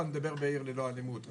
אני מדבר בעיר ללא אלימות,